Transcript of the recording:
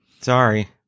Sorry